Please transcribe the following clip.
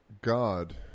God